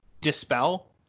dispel